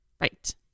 Right